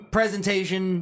presentation